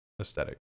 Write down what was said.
aesthetic